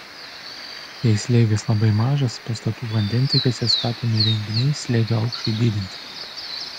jei slėgis labai mažas pastatų vandentiekiuose statomi įrenginiai slėgio aukščiui didinti